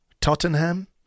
Tottenham